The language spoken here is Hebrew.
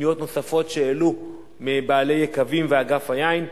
ולפניות נוספות שהעלו בעלי יקבים ואגף היין.